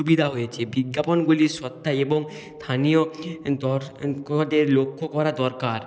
সুবিধা হয়েছে বিজ্ঞাপনগুলির সত্যতা এবং স্থানীয় দর্শক দের লক্ষ্য করা দরকার